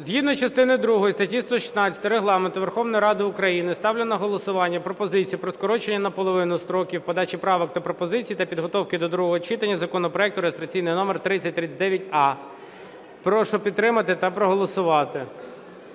Згідно частини другої статті 116 Регламенту Верховної Ради України ставлю на голосування пропозицію про скорочення наполовину строків подачі правок та пропозиції та підготовки до другого читання законопроект, реєстраційний номер 3039а. Прошу підтримати та проголосувати.